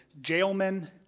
jailmen